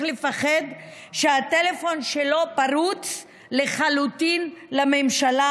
לפחד שהטלפון שלו פרוץ לחלוטין לממשלה,